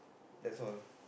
that's all